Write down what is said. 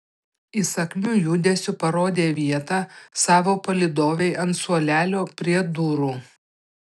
įsakmiu judesiu parodė vietą savo palydovei ant suolelio prie durų